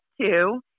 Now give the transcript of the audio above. two